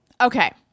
Okay